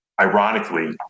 ironically